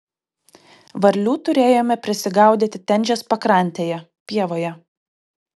varlių turėjome prisigaudyti tenžės pakrantėje pievoje